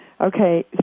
Okay